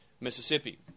Mississippi